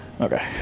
Okay